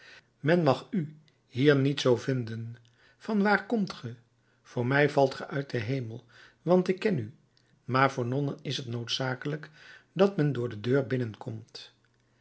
men mag u hier niet zoo vinden van waar komt ge voor mij valt ge uit den hemel want ik ken u maar voor nonnen is het noodzakelijk dat men door de deur binnenkomt